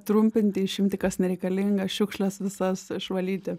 trumpinti išimti kas nereikalinga šiukšles visas išvalyti